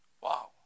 Wow